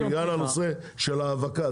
בגלל הנושא של ההאבקה,